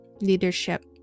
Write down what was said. leadership